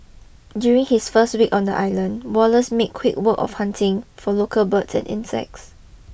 during his first week on the island Wallace made quick work of hunting for local birds and insects